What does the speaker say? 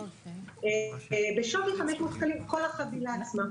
לא רק של האגף אלא של משרד הבריאות בכלל בכל הנושא הזה.